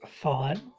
thought